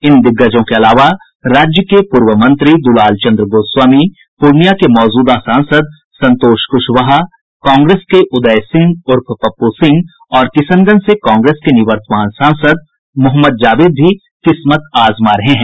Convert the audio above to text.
इन दिग्गजों के अलावा राज्य के पूर्व मंत्री दुलालचंद्र गोस्वामी पूर्णिया के मौजूदा सांसद संतोष कुशवाहा कांग्रेस के उदय सिंह उर्फ पप्प् सिंह और किशनगंज से कांग्रेस के निवर्तमान सांसद मोहम्मद जावेद भी किस्मत आजमा रहे हैं